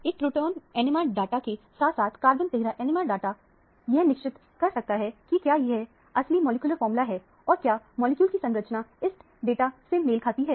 एक proton NMR data के साथ साथ कार्बन 13 NMR डाटा यह निश्चय कर सकता है कि क्या यह असली मॉलिक्यूलर फार्मूला है और क्या मॉलिक्यूल की संरचना इस डाटा से मेल खाती है